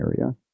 area